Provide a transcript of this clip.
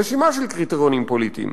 רשימה של קריטריונים פוליטיים,